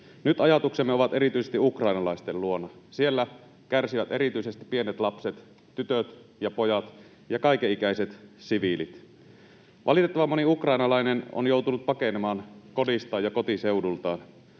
Nyt ajatuksemme ovat erityisesti ukrainalaisten luona. Siellä kärsivät erityisesti pienet lapset, tytöt ja pojat, ja kaikenikäiset siviilit. Valitettavan moni ukrainalainen on joutunut pakenemaan kodistaan ja kotiseudultaan.